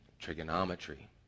trigonometry